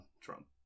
Trump